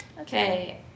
Okay